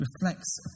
reflects